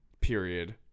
period